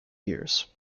years